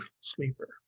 sleeper